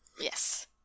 Yes